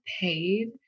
paid